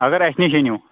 اگر اَسہِ نِش أنِو